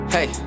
Hey